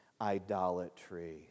idolatry